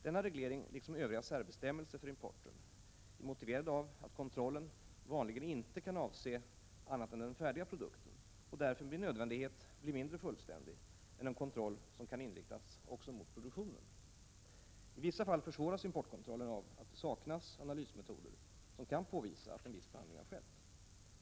Denna reglering liksom övriga särbestämmelser för importen motiveras av att kontrollen vanligen inte kan avse annat än den färdiga produkten och därför med nödvändighet blir mindre fullständig än en kontroll som kan inriktas också mot produktionen. I vissa fall försvåras importkontrollen av att det saknas analysmetoder som kan påvisa att en viss behandling skett.